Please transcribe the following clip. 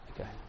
Okay